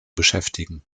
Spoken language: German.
beschäftigen